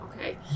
okay